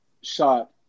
shot